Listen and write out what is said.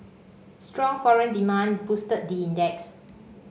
strong foreign demand boosted the index